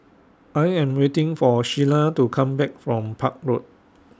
I Am waiting For Sheila to Come Back from Park Road